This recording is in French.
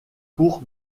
cours